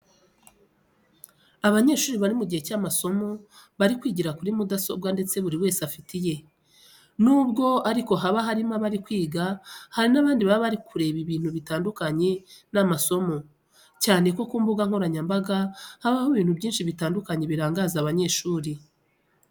Abanyeshuri bari mu gihe cy'amasomo bari kwigira kuri mudasobwa ndetse buri wese afite iye. Nubwo ariko haba harimo abari kwiga, hari n'abandi baba bari kureba ibindi bitandukanye n'amasomo, cyane ko ku mbuga nkoranyambaga habaho ibintu byinshi bitandukanye birangaza abanyeshuri.